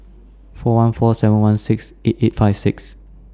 four one four seven one six eight eight five six